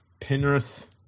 Penrith